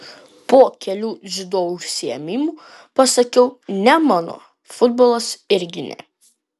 po kelių dziudo užsiėmimų pasakiau ne mano futbolas irgi ne